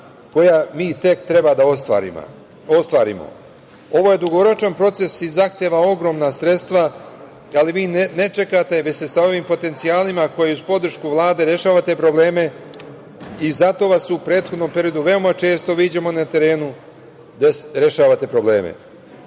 koja mi tek treba da ostvarimo. Ovo je dugoročan proces i zahteva ogromna sredstva, ali vi ne čekate, već sa ovim potencijalima, kao i uz podršku Vlade, rešavate probleme i zato vas u prethodnom periodu veoma često viđamo na terenu gde rešavate probleme.